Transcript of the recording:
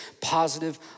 positive